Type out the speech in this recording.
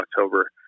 October